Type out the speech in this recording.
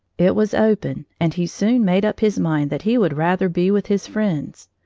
it was open, and he soon made up his mind that he would rather be with his friends.